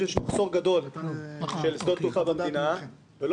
יש מחסור גדול של שדות תעופה במדינה ולא